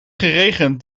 geregend